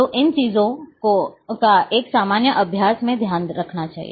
तो इन चीजों का एक सामान्य अभ्यास मैं ध्यान रखना चाहिए